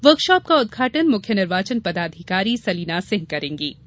workshop का उदघाटन मुख्य निर्वाचन पदाधिकारी सलीना सिंह करेगीं